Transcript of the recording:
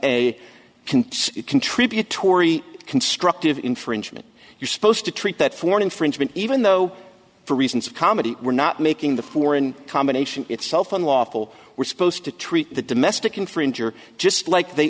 contest contributory constructive infringement you're supposed to treat that for an infringement even though for reasons of comedy we're not making the foreign combination itself unlawful we're supposed to treat the domestic infringer just like they